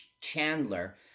Chandler